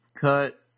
cut